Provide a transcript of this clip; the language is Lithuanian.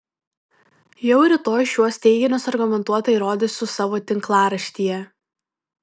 jau rytoj šiuos teiginius argumentuotai įrodysiu savo tinklaraštyje